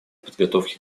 подготовке